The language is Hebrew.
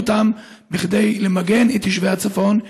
שיעביר אותם כדי למגן את יישובי הצפון,